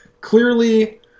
clearly